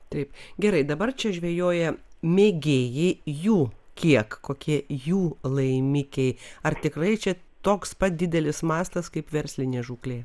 taip gerai dabar čia žvejoja mėgėjai jų kiek kokie jų laimikiai ar tikrai čia toks pat didelis mastas kaip verslinė žūklė